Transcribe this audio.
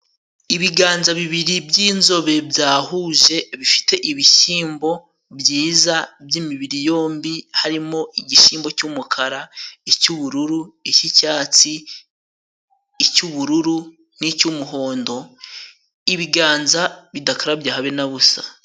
Ibiganza bibiri by'inzobe byahuje bifite ibihyimbo byiza by'imibiri yombi. Harimo igishyimbo cy'umukara, icy'ubururu, icy'icyatsi, icy'ubururu, n'icy'umuhondo. Ibiganza bidakarabye habe na busa.